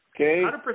Okay